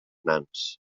nans